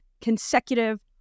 consecutive